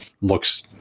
looks